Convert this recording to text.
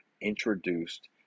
introduced